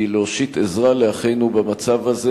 היא להושיט עזרה לאחינו במצב הזה.